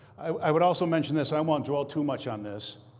i would also mention this. i won't dwell too much on this.